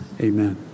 Amen